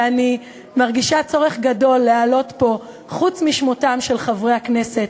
ואני מרגישה צורך גדול להעלות פה חוץ משמותיהם של חברי הכנסת